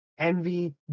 Envy